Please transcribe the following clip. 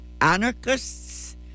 anarchists